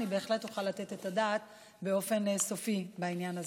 אני בהחלט אוכל לתת את הדעת באופן סופי בעניין הזה.